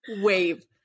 wave